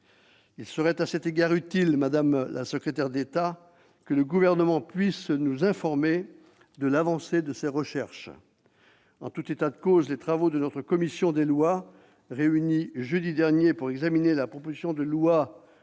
Il serait à cet égard utile, madame la secrétaire d'État, que le Gouvernement puisse nous informer de l'avancée de ces recherches. En tout état de cause, les travaux de notre commission des lois, réunie jeudi dernier pour examiner la proposition de loi